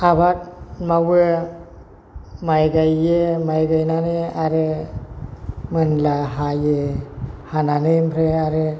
आबाद मावो माइ गायो माइ गाइनानै आरो मोनब्ला हायो हानानै ओमफ्राय आरो